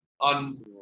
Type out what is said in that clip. on –